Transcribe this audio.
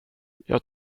jag